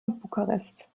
bukarest